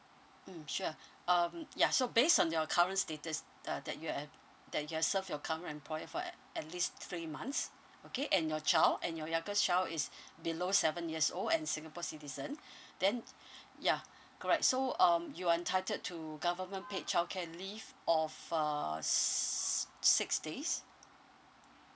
mm sure um ya so based on your current status uh that you have that you have served your current employer for a~ at least three months okay and your child and your youngest child is below seven years old and singapore citizen then ya correct so um you are entitled to government paid childcare leave of uh s~ six days